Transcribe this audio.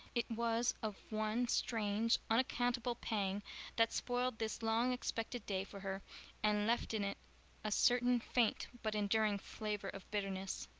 it was of one strange, unaccountable pang that spoiled this long-expected day for her and left in it a certain faint but enduring flavor of bitterness.